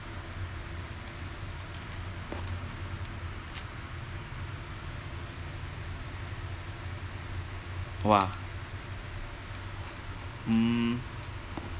!wah! mm